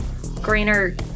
Greener